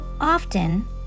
often